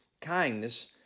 kindness